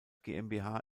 gmbh